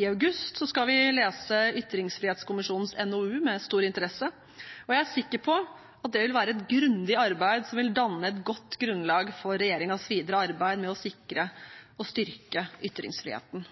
I august skal vi lese ytringsfrihetskommisjonens NOU med stor interesse. Jeg er sikker på at det vil være et grundig arbeid som vil danne et godt grunnlag for regjeringens videre arbeid med å sikre og styrke ytringsfriheten.